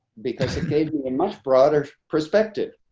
because it gave me a much broader perspective.